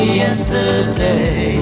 yesterday